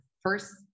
First